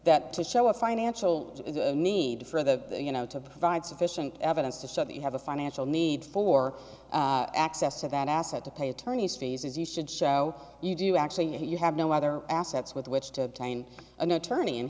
that to show a financial need for the you know to provide sufficient evidence to show that you have a financial need for access to that asset to pay attorney's fees as you should show you do actually you have no other assets with which to find an attorney and